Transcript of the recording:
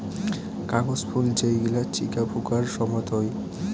কাগজ ফুল যেই গিলা চিকা ফুঁকার সময়ত হই